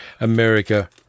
America